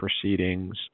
proceedings